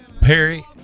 Perry